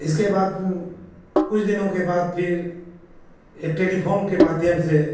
इसके बाद कुछ दिनों के बाद फिर एक टेलीफोन के माध्यम से